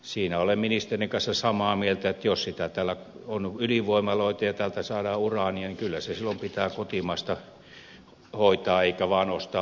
siinä olen ministerin kanssa samaa mieltä että jos täällä on ydinvoimaloita ja täältä saadaan uraania niin kyllä se silloin pitää kotimaasta hoitaa eikä vaan ostaa ulkomailta